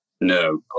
no